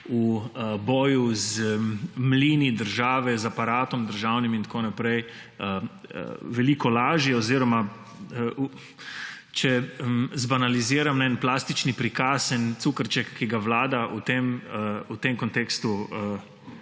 v boju z mlini države, z državnim aparatom in tako naprej veliko lažje oziroma, če zbanaliziram na en plastičen prikaz, en cukrček, ki ga vlada v tem kontekstu